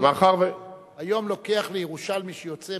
היום לוקח לירושלמי שיוצא